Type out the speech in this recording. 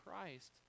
Christ